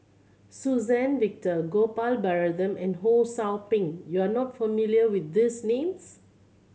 Suzann Victor Gopal Baratham and Ho Sou Ping you are not familiar with these names